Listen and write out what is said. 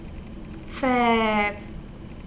Fab